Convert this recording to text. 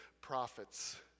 prophets